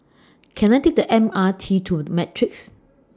Can I Take The M R T to Matrix